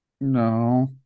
No